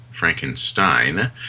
Frankenstein